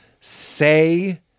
say